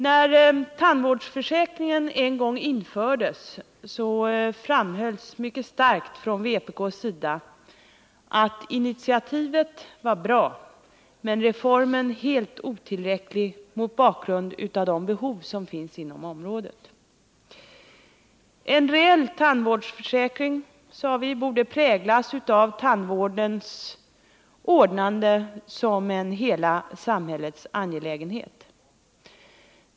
När tandvårdsförsäkringen en gång infördes framhölls mycket starkt från vpk:s sida att initiativet var bra, men att reformen var helt otillräcklig mot bakgrund av de behov som fanns inom området. En reell tandvårdsförsäkring borde enligt vår mening präglas av tandvårdens ordnande som en hela samhällets angelägenhet.